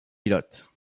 pilotes